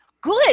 good